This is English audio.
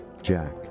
Jack